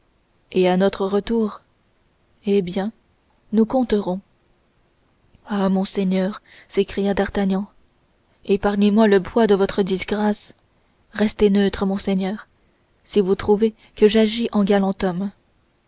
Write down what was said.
et à notre retour eh bien nous compterons ah monseigneur s'écria d'artagnan épargnez-moi le poids de votre disgrâce restez neutre monseigneur si vous trouvez que j'agis en galant homme